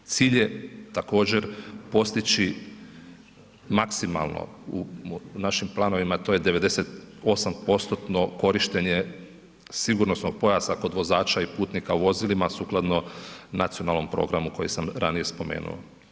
Cilj je također postići maksimalno u našim planovima a to je 98.%-tno korištenje sigurnosnog pojasa kod vozača i putnika u vozilima sukladno nacionalnom programu koji sam ranije spomenuo.